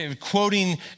quoting